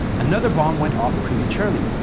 another bomb went off prematurely,